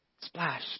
Splash